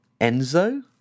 Enzo